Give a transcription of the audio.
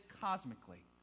cosmically